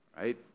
right